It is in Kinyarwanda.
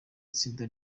itsinda